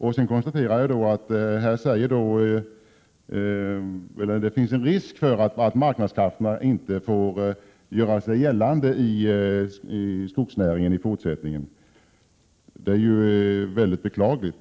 Jag konstaterar också att det finns en risk för att marknadskrafterna inte får göra sig gällande i skogsnäringen i fortsättningen, vilket är mycket beklagligt.